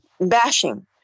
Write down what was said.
bashing